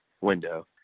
window